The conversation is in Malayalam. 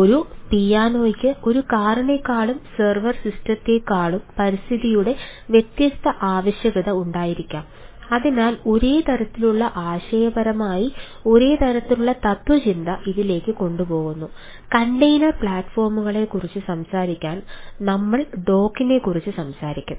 ഒരു പിയാനോയ്ക്ക് സംസാരിക്കുമ്പോൾ നമ്മൾ ഡോക്കറിനെക്കുറിച്ച് സംസാരിക്കും